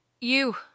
You